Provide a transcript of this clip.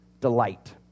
delight